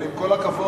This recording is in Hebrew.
אבל עם כל הכבוד,